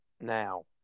now